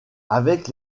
avec